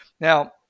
Now